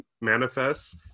manifests